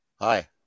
Hi